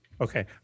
okay